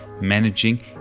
managing